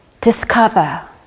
Discover